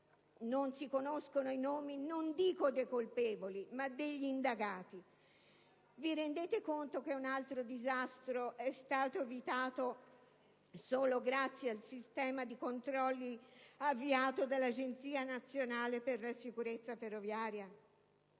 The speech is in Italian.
non si conoscono i nomi, non dico dei colpevoli, ma degli indagati? Vi rendete conto che un altro disastro è stato evitato solo grazie al sistema di controlli avviato dall'Agenzia nazionale per la sicurezza ferroviaria,